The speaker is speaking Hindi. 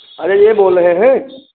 अरे ये बोल रहे हैं